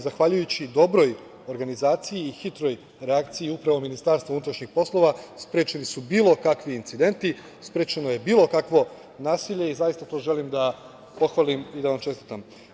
Zahvaljujući dobroj organizaciji i hitroj reakciji upravo MUP-a, sprečeni su bilo kakvi incidenti, sprečeno je bilo kakvo nasilje i zaista to želim da pohvalim i da vam čestitam.